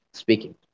speaking